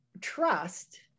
trust